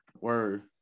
Word